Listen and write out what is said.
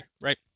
right